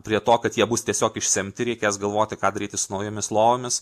prie to kad jie bus tiesiog išsemti reikės galvoti ką daryti su naujomis lovomis